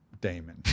damon